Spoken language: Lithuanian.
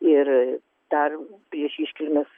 ir dar prieš iškilmes